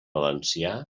valencià